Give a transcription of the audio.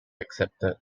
accepted